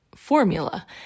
Formula